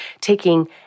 taking